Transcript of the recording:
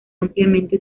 ampliamente